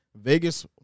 Vegas